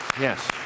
Yes